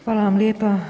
Hvala vam lijepa.